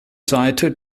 seite